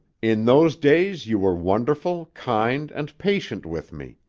in those days you were wonderful, kind and patient with me.